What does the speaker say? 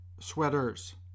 Sweaters